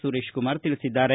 ಸುರೇಶ್ ಕುಮಾರ್ ತಿಳಿಸಿದ್ದಾರೆ